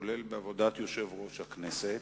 כולל בעבודת יושב-ראש הכנסת,